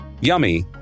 Yummy